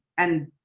and